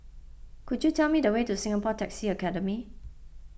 could you tell me the way to Singapore Taxi Academy